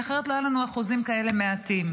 כי אחרת לא היו לנו אחוזים כאלה מעטים.